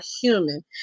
human